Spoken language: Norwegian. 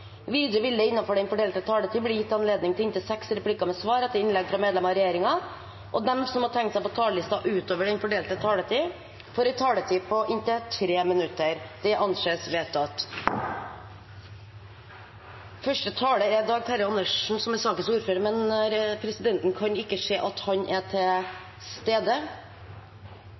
Videre vil det – innenfor den fordelte taletid – bli gitt anledning til inntil seks replikker med svar etter innlegg fra medlemmer av regjeringen, og de som måtte tegne seg på talerlisten utover den fordelte taletid, får en taletid på inntil 3 minutter. Første taler er Dag Terje Andersen, som er ordfører for saken, men presidenten kan ikke se at han er til stede.